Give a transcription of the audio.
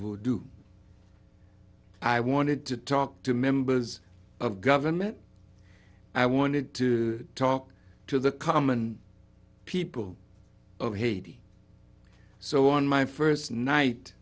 of do i wanted to talk to members of government i wanted to talk to the common people of haiti so on my first night